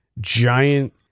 giant